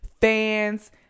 fans